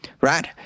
right